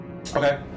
okay